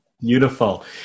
Beautiful